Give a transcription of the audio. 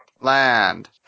Land